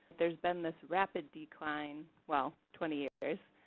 there has been this rapid decline, well, twenty years,